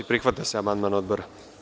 Prihvata se amandman Odbora.